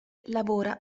lavora